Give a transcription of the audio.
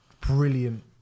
brilliant